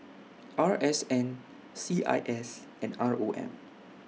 R S N C I S and R O M